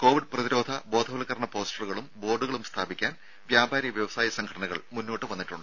Covid പ്രതിരോധ ബോധവൽക്കരണ പോസ്റ്ററുകളും ബോർഡുകളും സ്ഥാപിക്കാനും വ്യാപാരി വ്യവസായി സംഘടനകൾ മുന്നോട്ടുവന്നു